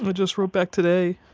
but just wrote back today,